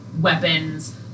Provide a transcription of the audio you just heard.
weapons